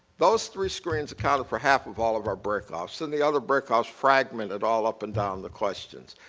those three screens accounted for half of all of our breakoffs, and the other breakoffs fragmented all up and down the questions.